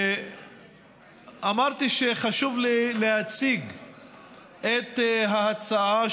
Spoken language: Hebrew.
אמרתי שחשוב לי להציג את ההצעה,